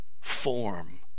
form